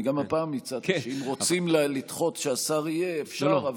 גם הפעם הצעתי שאם רוצים לדחות ושהשר יהיה, אפשר.